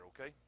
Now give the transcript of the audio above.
okay